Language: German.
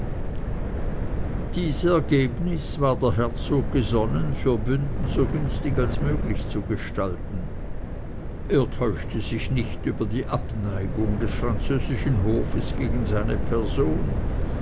dies ergebnis war der herzog gesonnen für bünden so günstig als möglich zu gestalten er täuschte sich nicht über die abneigung des französischen hofes gegen seine person